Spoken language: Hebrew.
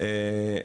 גם לה.